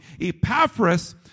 Epaphras